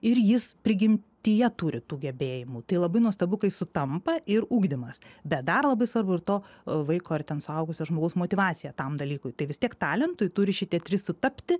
ir jis prigimtyje turi tų gebėjimų tai labai nuostabu kai sutampa ir ugdymas bet dar labai svarbu ir to vaiko ar ten suaugusio žmogaus motyvacija tam dalykui tai vis tiek talentui turi šitie trys sutapti